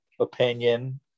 opinion